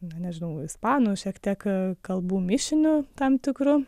na nežinau ispanų šiek tiek kalbų mišiniu tam tikru